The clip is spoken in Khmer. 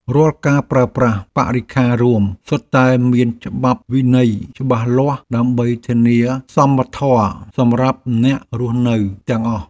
រាល់ការប្រើប្រាស់បរិក្ខាររួមសុទ្ធតែមានច្បាប់វិន័យច្បាស់លាស់ដើម្បីធានាសមធម៌សម្រាប់អ្នករស់នៅទាំងអស់។